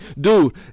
Dude